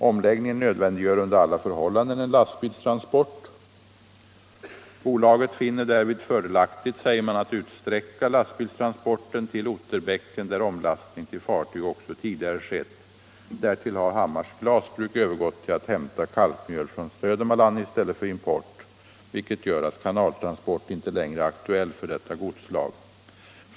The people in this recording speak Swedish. Omläggningen nödvändiggör under alla förhållanden en lastbilstransport och bolaget finner det därvid fördelaktigt, säger man, att utsträcka lastbilstransporten till Otterbäcken där omlastning till fartyg också tidigare skett. Därtill har Hammars glasbruk övergått till att hämta kalkmjöl från Södermanland i stället för att importera, vilket gör att kanaltransport inte längre är aktuell för dessa godsslag.